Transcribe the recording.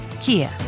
Kia